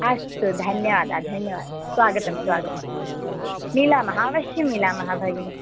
अस्तु धन्यवादः धन्यवादः स्वागतं स्वागतं मिलामः अवश्यं मिलामः भगिनी